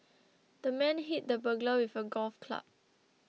the man hit the burglar with a golf club